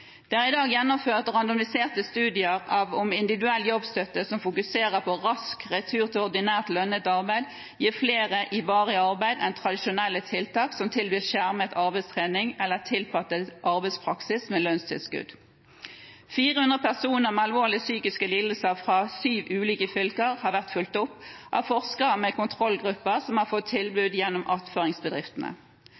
Det er i dag gjennomført randomiserte studier av om individuell jobbstøtte som fokuserer på rask retur til ordinært, lønnet arbeid, gir flere i varig arbeid enn tradisjonelle tiltak som tilbyr skjermet arbeidstrening eller tilpasset arbeidspraksis med lønnstilskudd. 400 personer med alvorlige psykiske lidelser fra syv ulike fylker har vært fulgt opp av forskere med kontrollgrupper som har fått tilbud gjennom attføringsbedriftene.